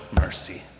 mercy